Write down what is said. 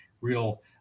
real